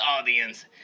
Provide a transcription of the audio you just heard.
audience